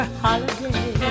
holiday